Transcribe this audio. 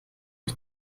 ich